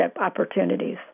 opportunities